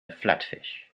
flatfish